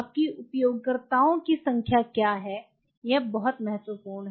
आपकी उपयोगकर्ताओं की संख्या क्या है यह बहुत महत्वपूर्ण है